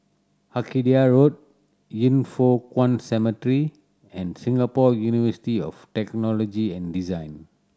Arcadia Road Yin Foh Kuan Cemetery and Singapore University of Technology and Design